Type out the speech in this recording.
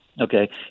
Okay